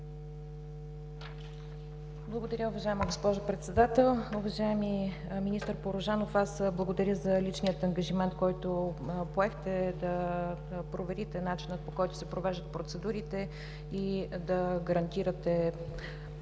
Благодаря, уважаема госпожо Председател. Уважаеми министър Порожанов, аз благодаря за личния ангажимент, който поехте: да проверите начина, по който се провеждат процедурите, и да гарантирате